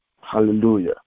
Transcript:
Hallelujah